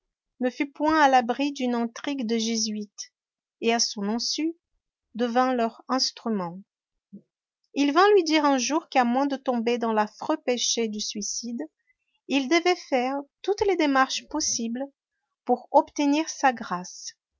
ne fut point à l'abri d'une intrigue de jésuites et à son insu devint leur instrument il vint lui dire un jour qu'à moins de tomber dans l'affreux péché du suicide il devait faire toutes les démarches possibles pour obtenir sa grâce